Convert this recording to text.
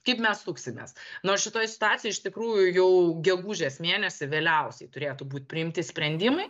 kaip mes suksimės nors šitoj situacijoj iš tikrųjų jau gegužės mėnesį vėliausiai turėtų būt priimti sprendimai